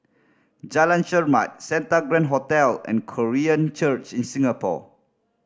Jalan Chermat Santa Grand Hotel and Korean Church in Singapore